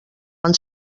van